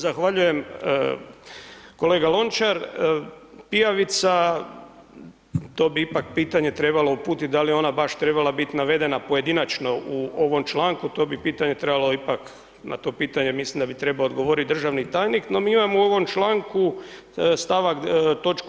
Zahvaljujem kolega Lončar, pijavica, to bi ipak pitanje trebalo uputit da li je ona baš trebala biti navedena pojedinačno u ovom članku, to bi pitanje trebalo ipak, na to pitanje mislim da bi trebao odgovoriti državni tajnik, no mi imamo u ovom članku toč.